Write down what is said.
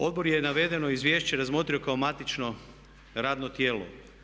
Odbor je navedeno izvješće razmotrio kao matično radno tijelo.